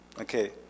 okay